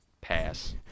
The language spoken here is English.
pass